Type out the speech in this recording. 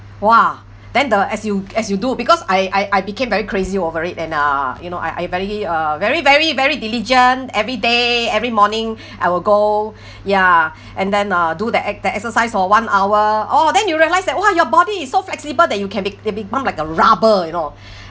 !wah! then the as you as you do because I I I became very crazy over it and uh you know I I very uh very very very diligent every day every morning I will go ya and then uh do the ex~ the exercise for one hour oh then you realise that !wah! your body is so flexible that you can be~ become like a rubber you know